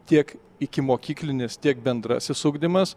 tiek ikimokyklinis tiek bendrasis ugdymas